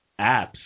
apps